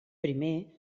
primer